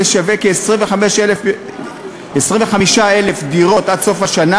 נשווק כ-25,000 דירות עד סוף השנה